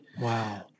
Wow